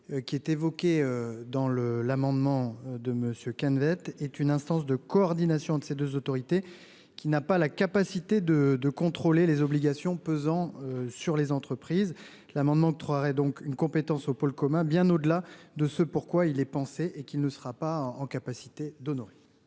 qui est évoqué dans le l'amendement de Monsieur Kenneth est une instance de coordination de ces 2 autorités qui n'a pas la capacité de, de contrôler les obligations pesant sur les entreprises. L'amendement 3 donc une compétence au pôle commun, bien au-delà de ce pourquoi il est pensé et qui ne sera pas en capacité d'honorer.